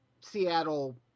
Seattle